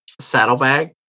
saddlebag